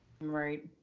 right